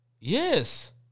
Yes